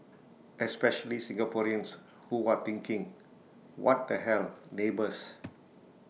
especially Singaporeans who are thinking what the hell neighbours